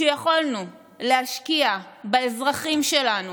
שיכולנו להשקיע באזרחים שלנו,